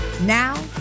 Now